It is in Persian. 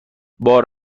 بار